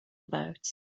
about